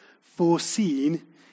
foreseen